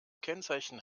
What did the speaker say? kennzeichen